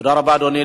תודה רבה, אדוני.